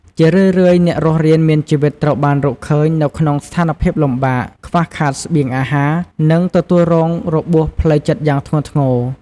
ជារឿយៗ អ្នករស់រានមានជីវិតត្រូវបានរកឃើញនៅក្នុងស្ថានភាពលំបាក ខ្វះខាតស្បៀងអាហារ និងទទួលរងរបួសផ្លូវចិត្តយ៉ាងធ្ងន់ធ្ងរ។